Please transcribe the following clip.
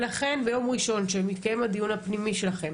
ולכן ביום ראשון כשמתקיים הדיון הפנימי שלכם